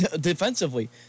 defensively